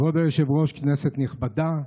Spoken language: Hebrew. כבוד היושב-ראש, כנסת נכבדה,